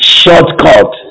shortcut